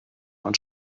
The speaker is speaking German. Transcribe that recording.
man